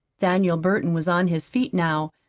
daniel burton was on his feet now,